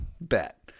bet